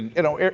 you know,